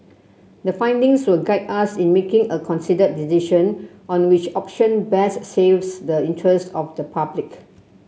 the findings will guide us in making a considered decision on which option best saves the interests of the public